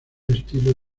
estilo